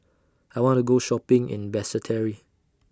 I want to Go Shopping in Basseterre